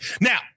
Now